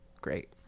great